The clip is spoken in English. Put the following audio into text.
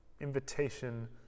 invitation